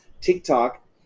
TikTok